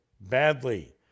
badly